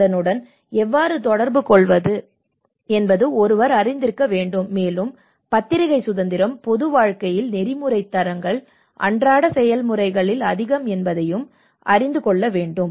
அதனுடன் எவ்வாறு தொடர்புகொள்வது என்பது ஒருவர் அறிந்திருக்க வேண்டும் மேலும் பத்திரிகை சுதந்திரம் பொது வாழ்க்கையில் நெறிமுறைத் தரங்கள் அன்றாட செயல்முறைகளில் அதிகம் என்பதையும் அறிந்து கொள்ள வேண்டும்